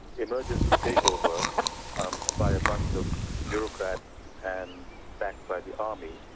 emergency takeover um ah by a bunch of bureaucrats and backed by the army,